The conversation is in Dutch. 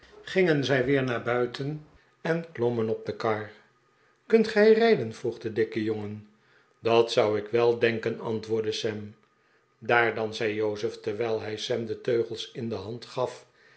gingen zij weer naar buiten en klommen op de kar kunt gij rijden vroeg de dikke jongen dat zou ik wel denken antwoordde sam daar dan zei jozef terwijl hij sam de teugels in de hand gaf